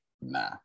Nah